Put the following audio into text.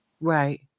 right